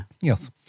yes